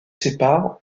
sépare